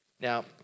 now